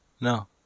No